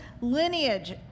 lineage